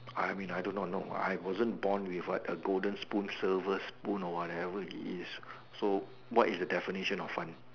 I mean I do not know I wasn't born with a golden spoon silver spoon or whatever it is so what is the definition of fun